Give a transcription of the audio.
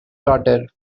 daughter